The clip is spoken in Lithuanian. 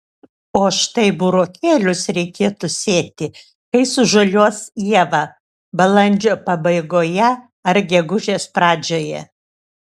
o štai burokėlius reikėtų sėti kai sužaliuos ieva balandžio pabaigoje ar gegužės pradžioje